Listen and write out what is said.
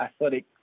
athletic